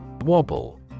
Wobble